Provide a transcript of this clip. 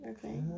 Okay